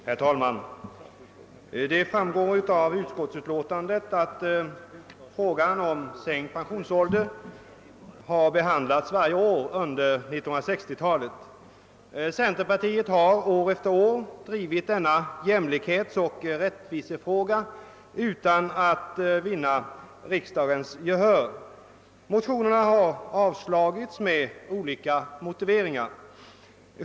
Herr talman! Av utskottsutlåtandet framgår att frågan om sänkt pensionsålder behandlats av riksdagen varje år under 1960-talet. Centerpartiet har år efter år drivit denna jämlikhetsoch rättvisefråga utan att vinna riksdagens gehör. Motionerna har avslagits med olika motiveringar.